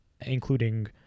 including